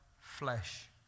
flesh